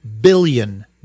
billion